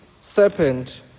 serpent